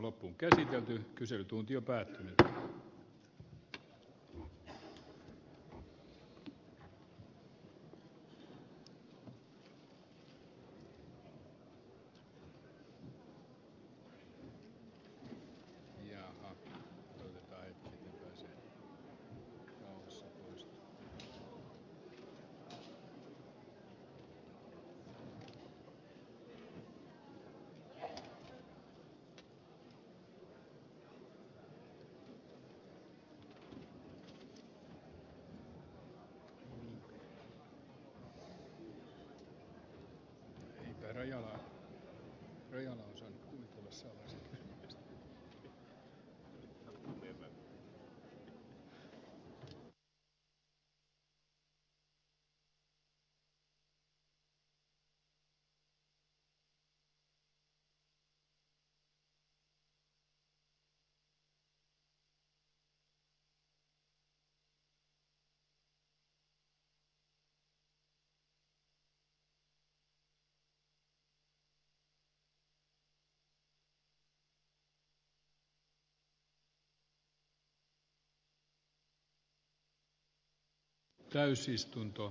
tämmöiset ovat nämä hallituspuolueiden pelisäännöt